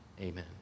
Amen